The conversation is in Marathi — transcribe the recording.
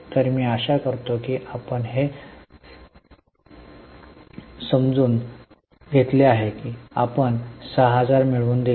तर मी आशा करतो की आपण हे समजून घेतले की आपण 6000 मिळवून दिले